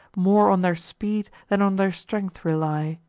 more on their speed than on their strength rely.